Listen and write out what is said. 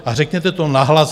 A řekněte to nahlas.